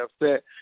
upset